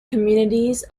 communities